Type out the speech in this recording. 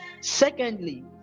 Secondly